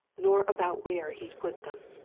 nor about where he'd put them.